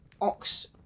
ox